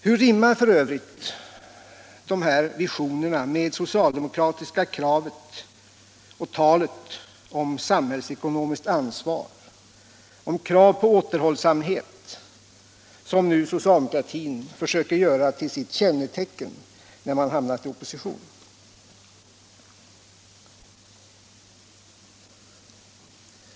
Hur rimmar f. ö. dessa visioner med socialdemokratiska krav och talet om samhällsekonomiskt ansvar samt kraven på återhållsamhet, som socialdemokratin nu försöker göra till sitt kännetecken när man har hamnat i opposition?